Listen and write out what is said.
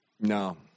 No